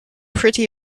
pretty